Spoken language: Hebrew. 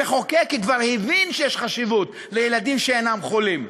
המחוקק כבר הבין שיש חשיבות לגבי ילדים שאינם חולים.